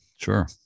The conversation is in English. Sure